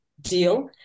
deal